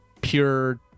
pure